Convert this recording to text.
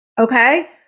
okay